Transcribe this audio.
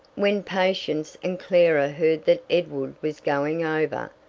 when patience and clara heard that edward was going over,